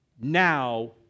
now